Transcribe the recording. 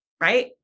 right